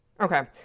Okay